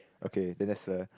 okay then that's a